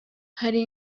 hari